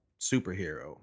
superhero